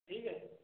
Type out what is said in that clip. ठीक है